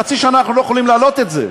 חצי שנה אנחנו לא יכולים להעלות את זה.